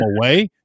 away